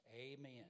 Amen